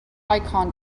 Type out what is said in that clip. icon